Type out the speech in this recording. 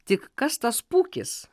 tik kas tas pūkis